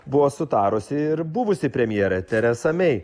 buvo sutarusi ir buvusi premjerė teresa mey